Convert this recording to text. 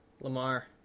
lamar